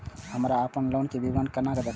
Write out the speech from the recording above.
हमरा अपन लोन के विवरण केना देखब?